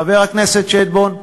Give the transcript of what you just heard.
חבר הכנסת שטבון,